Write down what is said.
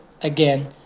again